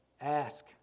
Ask